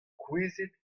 kouezhet